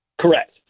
Correct